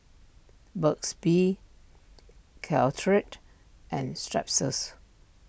Burt's Bee Caltrate and Strepsils